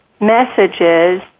messages